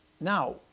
now